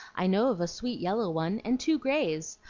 i know of a sweet yellow one, and two grays.